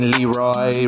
Leroy